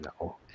No